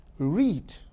Read